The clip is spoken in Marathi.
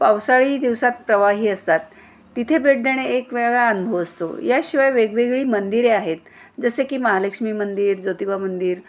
पावसाळी दिवसात प्रवाही असतात तिथे भेट देणे एक वेगळा अनुभव असतो याशिवाय वेगवेगळी मंदिरे आहेत जसे की महालक्ष्मी मंदिर ज्योतिबा मंदिर